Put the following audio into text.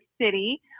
City